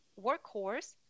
workhorse